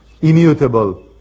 immutable